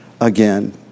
again